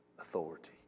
authority